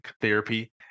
therapy